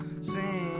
sing